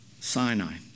Sinai